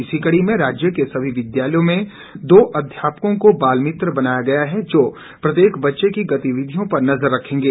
इसी कड़ी में राज्य के सभी विद्यालयों में दो अध्यापकों को बाल मित्र बनाया गया है जो प्रत्येक बच्चे की गतिविधियों पर नजर रखेंगे